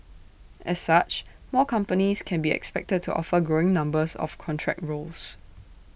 as such more companies can be expected to offer growing numbers of contract roles